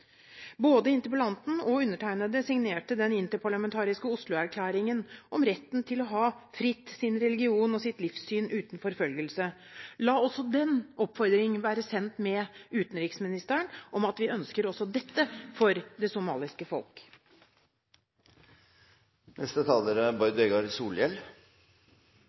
Både interpellanten og undertegnede signerte den interparlamentariske Oslo-erklæringen om retten til fritt å ha sin religion og sitt livssyn uten forfølgelse. La også den oppfordringen være sendt med utenriksministeren, om at vi ønsker også dette for det somaliske